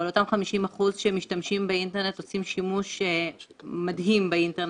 אבל אותם 50% שמשתמשים באינטרנט עושים שימוש מדהים באינטרנט,